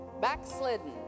backslidden